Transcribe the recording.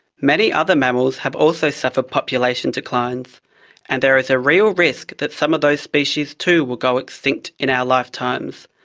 many other mammals have also suffered population declines and there is a real risk that some of those species too will go extinct in our lifetimes,